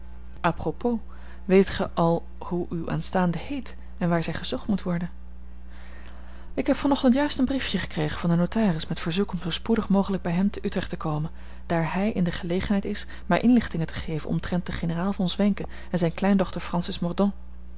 apropos weet gij al hoe uwe aanstaande heet en waar zij gezocht moet worden ik heb van ochtend juist een briefje gekregen van den notaris met verzoek om zoo spoedig mogelijk bij hem te utrecht te komen daar hij in de gelegenheid is mij inlichtingen te geven omtrent den generaal von zwenken en zijne kleindochter francis